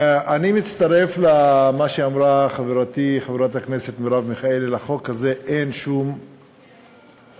אני מצטרף למה שאמרה חברתי חברת הכנסת מרב מיכאלי: אין שום צורך